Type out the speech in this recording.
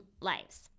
lives